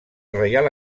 reial